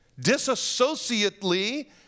disassociately